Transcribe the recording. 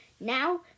Now